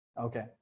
okay